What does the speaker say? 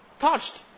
touched